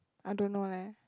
I don't know leh